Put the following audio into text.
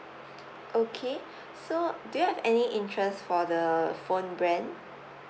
okay so do you have any interest for the phone brand